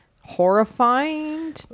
horrifying